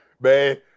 man